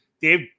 Dave